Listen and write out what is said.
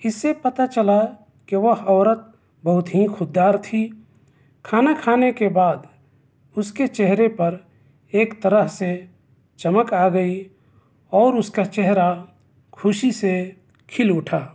اس سے پتہ چلا کہ وہ عورت بہت ہی خوددار تھی کھانا کھانے کے بعد اس کے چہرے پر ایک طرح سے چمک آ گئی اور اس کا چہرہ خوشی سے کھل اٹھا